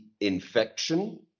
infection